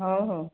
ହଉ ହଉ